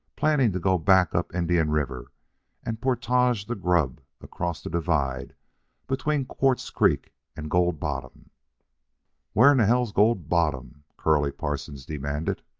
planning to go back up indian river and portage the grub across the divide between quartz creek and gold bottom where in hell's gold bottom? curly parsons demanded.